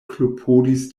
klopodis